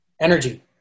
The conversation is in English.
energy